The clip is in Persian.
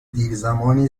دیرزمانی